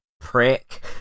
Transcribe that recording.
prick